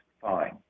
fine